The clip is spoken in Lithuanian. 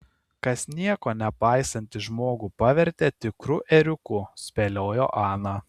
kas nieko nepaisantį žmogų pavertė tikru ėriuku spėliojo ana